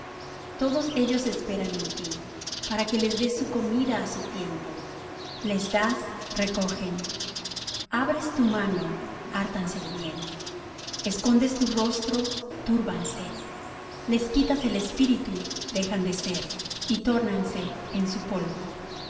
todos ellos esperan en ti para que les des su comida á su tiempo les das recogen abres tu mano hártanse de bien escondes tu rostro túrbanse les quitas el espíritu dejan de ser y tórnanse en su polvo